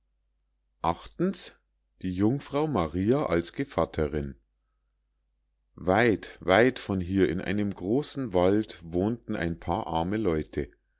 die jungfrau maria als gevatterinn weit weit von hier in einem großen wald wohnten ein paar arme leute